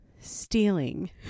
stealing